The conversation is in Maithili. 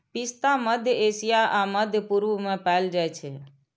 पिस्ता मध्य एशिया आ मध्य पूर्व मे पाएल जाइ छै